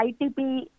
ITP